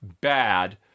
bad